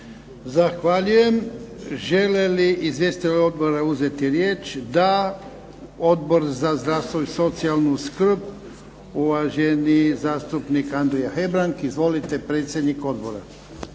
Zahvaljujem. Žele li izvjestitelji odbora uzeti riječ? Da. Odbor za zdravstvo i socijalnu skrb, uvaženi zastupnik Andrija Hebrang, predsjednik odbora.